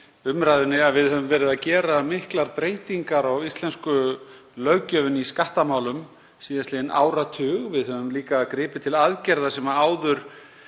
umræðunni að við höfum verið að gera miklar breytingar á íslensku löggjöfinni í skattamálum síðastliðinn áratug. Við höfum líka gripið til aðgerða sem áður